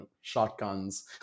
shotguns